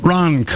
Ron